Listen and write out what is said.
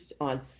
on